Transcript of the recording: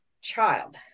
child